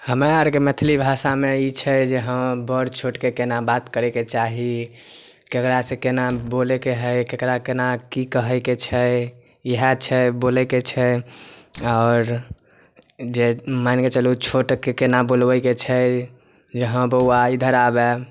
हमरा अरके मैथिली भाषामे ई छै जे हम बड़ छोटके केना बात करयके चाही ककरासँ केना बोलयके हइ ककरा केना की कहयके छै इएह छै बोलयके छै आओर जे मानिके चलू छोटके केना बुलबयके छै जे हँ बौआ इधर आबय